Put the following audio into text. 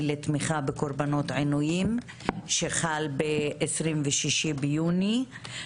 לתמיכה בקורבנות עינויים שחל ב-26 ביוני.